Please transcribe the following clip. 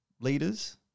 Leaders